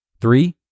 Three